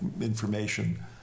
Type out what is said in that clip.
information